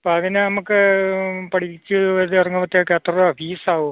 ഇപ്പം അതിന് നമുക്ക് പഠിച്ച് വലിയ ഇറങ്ങുമ്പത്തേക്ക് എത്ര രൂപ ഫീസാവും